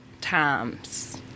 times